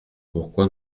pourquoi